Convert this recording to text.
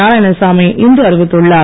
நாராயணசாமி இன்று அறிவித்துள்ளார்